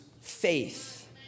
faith